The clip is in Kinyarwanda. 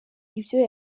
ibyo